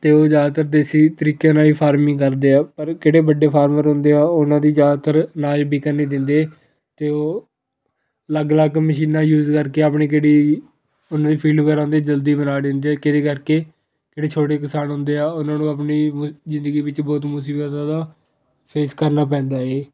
ਅਤੇ ਉਹ ਜ਼ਿਆਦਾਤਰ ਦੇਸੀ ਤਰੀਕਿਆਂ ਨਾਲ ਹੀ ਫਾਰਮਿੰਗ ਕਰਦੇ ਆ ਪਰ ਕਿਹੜੇ ਵੱਡੇ ਫਾਰਮਰ ਹੁੰਦੇ ਆ ਉਹਨਾਂ ਦੀ ਜ਼ਿਆਦਤਰ ਅਨਾਜ ਵਿਕਨ ਨਹੀਂ ਦਿੰਦੇ ਅਤੇ ਉਹ ਅਲੱਗ ਅਲੱਗ ਮਸ਼ੀਨਾਂ ਯੂਜ ਕਰਕੇ ਆਪਣੀ ਕਿਹੜੀ ਉਹਨਾਂ ਦੀ ਦੇ ਜਲਦੀ ਦਿੰਦੇ ਕਿਹਦੇ ਕਰਕੇ ਜਿਹੜੇ ਛੋਟੇ ਕਿਸਾਨ ਹੁੰਦੇ ਆ ਉਹਨਾਂ ਨੂੰ ਆਪਣੀ ਜ਼ਿੰਦਗੀ ਵਿੱਚ ਬਹੁਤ ਮੁਸੀਬਤਾਂ ਦਾ ਫੇਸ ਕਰਨਾ ਪੈਂਦਾ ਏ